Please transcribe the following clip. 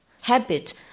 habit